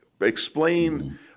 explain